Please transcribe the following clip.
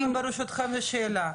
רגע, אבל אני גם רוצה, ברשותכם, שאלה.